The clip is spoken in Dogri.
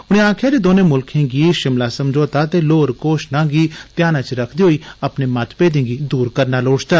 उनें आकखेआ जे दौनें मुल्खें गी शिमला समझौता ते लाहौर घोशणा गी ध्यानै च रखदे होई अपने मतमेद गी दूर करना लोड़चदा